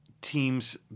teams